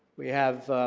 we have